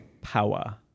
power